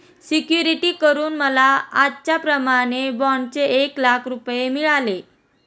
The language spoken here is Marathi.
सिक्युरिटी करून मला आजच्याप्रमाणे बाँडचे एक लाख रुपये मिळाले